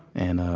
and, ah,